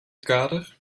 kader